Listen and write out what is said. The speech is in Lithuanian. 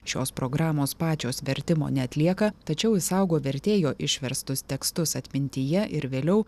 šios programos pačios vertimo neatlieka tačiau išsaugo vertėjo išverstus tekstus atmintyje ir vėliau